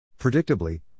Predictably